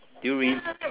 do you read